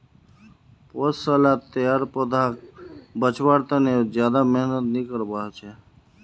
पौधसालात तैयार पौधाक बच्वार तने ज्यादा मेहनत नि करवा होचे